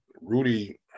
Rudy